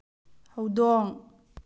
ꯍꯧꯗꯣꯡ